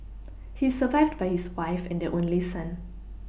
he is survived by his wife and their only son